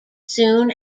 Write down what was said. soon